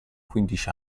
quindici